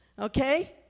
okay